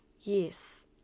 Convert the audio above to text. Yes